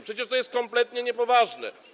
Przecież to jest kompletnie niepoważne.